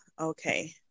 okay